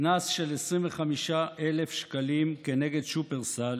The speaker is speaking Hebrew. קנס של 25,000 שקלים כנגד שופרסל